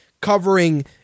covering